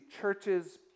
churches